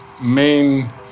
main